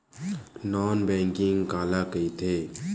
Non banking काला कइथे?